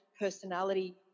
personality